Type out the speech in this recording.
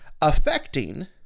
affecting